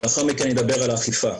לאחר מכן אני אדבר על האכיפה.